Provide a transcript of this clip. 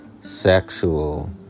sexual